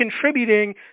contributing